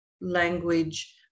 language